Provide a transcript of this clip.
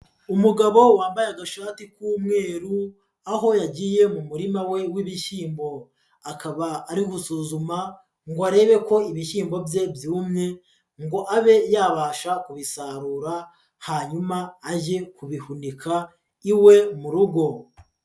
Umugabo wambaye agashati k'umweru aho yagiye mu murima we w'ibishyimbo, akaba ari gusuzuma ngo arebe ko ibishyimbo bye byumye ngo abe yabasha kubisarura hanyuma ajye kubihunika iwe mu rugo.